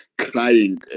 crying